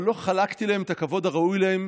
אבל לא חלקתי להם את הכבוד הראוי להם